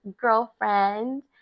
girlfriend